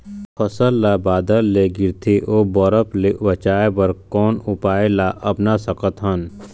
फसल ला बादर ले गिरथे ओ बरफ ले बचाए बर कोन उपाय ला अपना सकथन?